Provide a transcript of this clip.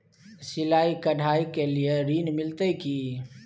सिलाई, कढ़ाई के लिए ऋण मिलते की?